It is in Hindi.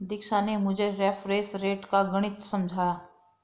दीक्षा ने मुझे रेफरेंस रेट का गणित समझाया